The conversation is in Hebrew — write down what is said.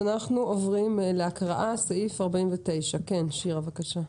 נעבור להקראה של הסעיף, בבקשה.